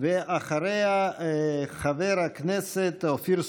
אחריה, חבר הכנסת אופיר סופר.